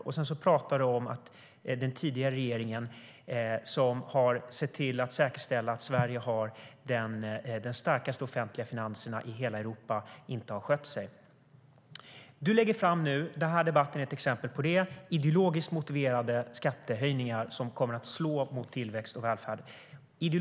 Och Magdalena Andersson säger att den förra regeringen, som har sett till att Sverige har de starkaste offentliga finanserna i hela Europa, inte har skött sig! Du lägger nu fram förslag om ideologiskt motiverade skattehöjningar som kommer att slå mot tillväxt och välfärd. Den här debatten är ett exempel på det.